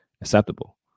acceptable